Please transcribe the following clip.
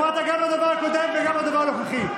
הפרעת גם לדובר הקודם וגם לדובר הנוכחי.